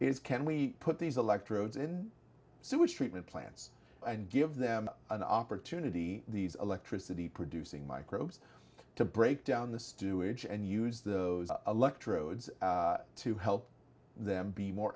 is can we put these electrodes in sewage treatment plants and give them an opportunity these electricity producing microbes to breakdown the steward and use those electrodes to help them be more